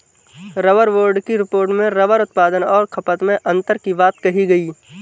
rubber board की report में rubber उत्पादन और खपत में अन्तर की बात कही गई